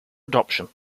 adoption